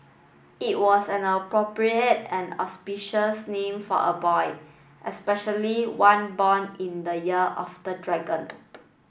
it was an appropriate and auspicious name for a boy especially one born in the year of the dragon